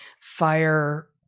fire